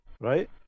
right